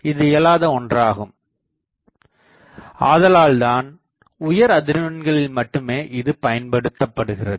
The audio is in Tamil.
இதுஇயலாத ஒன்றாகும் ஆதலால்தான் உயர் அதிர்வெண்களில் மட்டுமே இது பயன்படுத்தப்படுகிறது